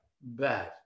bad